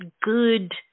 good